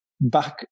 back